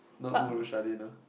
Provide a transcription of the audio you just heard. not Murushardin ah